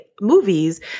movies